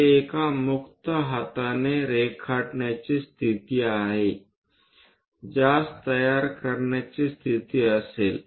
हे एक मुक्त हाताने रेखाटण्याची स्थिती आहे ज्यास तयार करण्याची स्थिती असेल